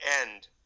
end